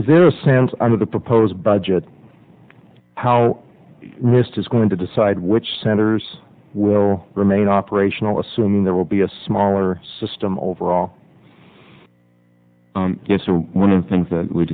p there are sands under the proposed budget how list is going to decide which centers will remain operational assuming there will be a smaller system overall yes so one of the things that we